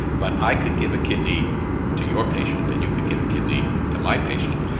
but i could give a kidney to your patient, then you could give a kidney to my patient.